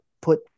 put